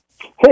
Hey